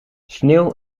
sneeuw